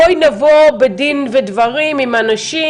בואי נבוא בדין ודברים עם אנשים,